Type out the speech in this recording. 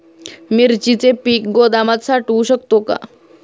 मिरचीचे पीक गोदामात साठवू शकतो का?